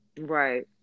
Right